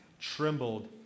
trembled